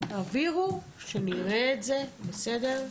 תעבירו שנראה את זה, בסדר?